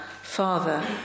Father